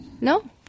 no